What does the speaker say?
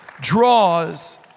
draws